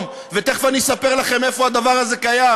ותכף אני אספר לכם איפה הדבר הזה קיים,